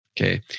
okay